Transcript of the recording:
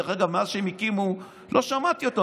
דרך אגב, מאז שהם הקימו, לא שמעתי אותו.